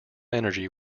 energy